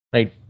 Right